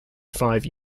five